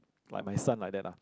like my son like that lah